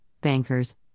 bankers